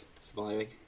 Surviving